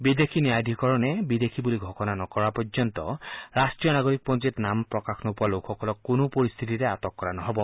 বিদেশী ন্যায়াধীকৰণে বিদেশী বুলি ঘোষণা নকৰা পৰ্যন্ত ৰাষ্ট্ৰীয় নাগৰিকপঞ্জীত নাম প্ৰকাশ নোপোৱা লোকসকলক কোনো পৰিস্থিতিতে আটক কৰা নহ'ব